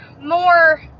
more